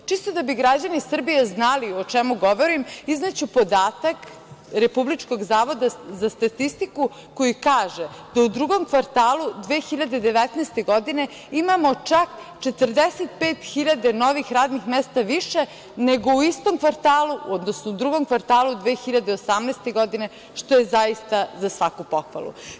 Čisto da bi građani Srbije znali o čemu govorim, izneću podatak Republičkog zavoda za statistiku koji kaže da u drugom kvartalu 2019. godine imamo čak 45.000 novih radnih mesta više nego u drugom kvartalu 2018. godine, što je zaista za svaku pohvalu.